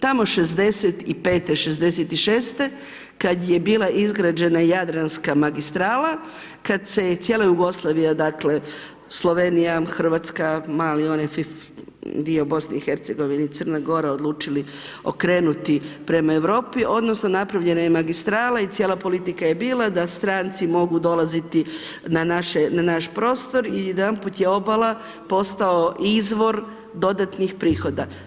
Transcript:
Tamo 65-e, 66-e, kad je bila izgrađena Jadranska magistrala, kad se je cijela Jugoslavija dakle, Slovenija, Hrvatska, mali onaj dio BiH i Crne Gore odlučili okrenuti prema Europi, odnosno napravljena je magistrala i cijela politika je bila da stranci mogu dolaziti na naš prostor i jedanput je obala postao izvor dodatnih prihoda.